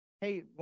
hey